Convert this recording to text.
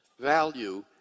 value